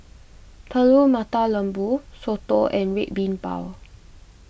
Telur Mata Lembu Soto and Red Bean Bao